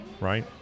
Right